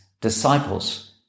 disciples